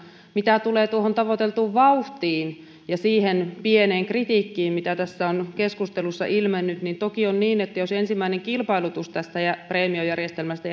mitä tulee tavoiteltuun vauhtiin ja siihen pieneen kritiikkiin mitä tässä on keskusteluissa ilmennyt niin toki on niin että jos ensimmäinen kilpailutus tästä preemiojärjestelmästä